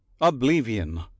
oblivion